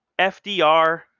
FDR